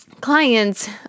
Clients